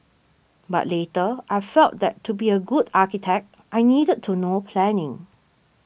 but later I felt that to be a good architect I needed to know planning